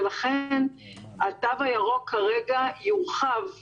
ולכן התו הירוק כרגע יורחב,